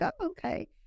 okay